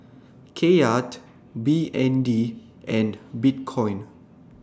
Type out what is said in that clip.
Kyat B N D and Bitcoin